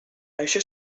això